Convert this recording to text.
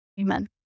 Amen